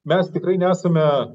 mes tikrai nesame